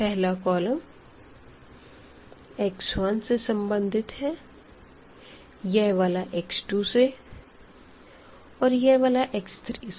पहला column x1 से संबंधित है यह वाला x2 से और यह वाला x3 से